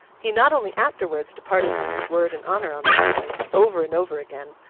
he not only afterwards departed from his word and honour on these points, over and over again,